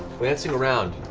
glancing around,